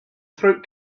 throat